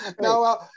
Now